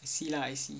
I see lah I see